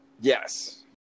yes